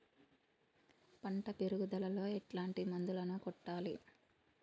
పంట పెరుగుదలలో ఎట్లాంటి మందులను కొట్టాలి?